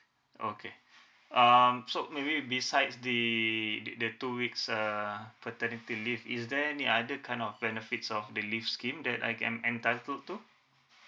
okay um so maybe besides the the two weeks err paternity leave is there any other kind of benefits of the leave scheme that I can entitled to